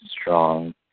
strong